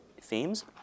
themes